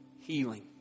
healing